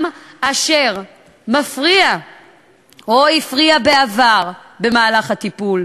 אשר מפריע או הפריע בעבר במהלך הטיפול,